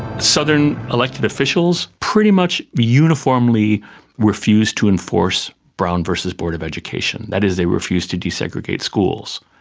southern elected officials pretty much uniformly refused to enforce brown versus board of education. that is, they refused to desegregate schools.